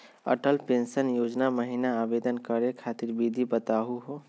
Atal pension योजना महिना आवेदन करै खातिर विधि बताहु हो?